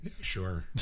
sure